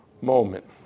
moment